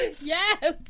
Yes